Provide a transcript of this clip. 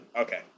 okay